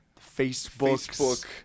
Facebook